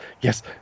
yes